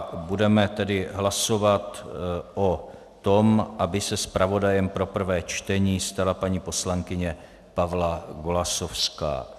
A budeme tedy hlasovat o tom, aby se zpravodajem pro prvé čtení stala paní poslankyně Pavla Golasowská.